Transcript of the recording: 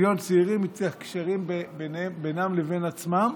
מיליון צעירים יוצרים קשרים בינם לבין עצמם